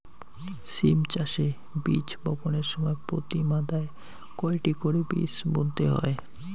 সিম চাষে বীজ বপনের সময় প্রতি মাদায় কয়টি করে বীজ বুনতে হয়?